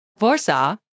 Warsaw